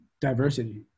diversity